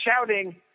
shouting